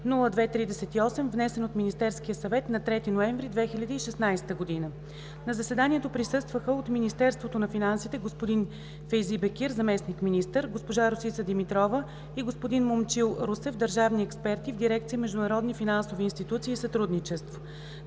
внесен от Министерския съвет на 3 ноември 2016 г. На заседанието присъстваха: от Министерството на финансите господин Фейзи Бекир – заместник-министър, госпожа Росица Димитрова и господин Момчил Русев – държавни експерти в дирекция „Международни финансови институции и сътрудничество“.